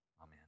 Amen